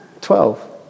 Twelve